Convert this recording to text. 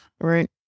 right